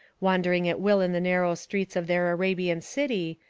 wandering at will in the narrow streets of their arabian city,